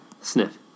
sniff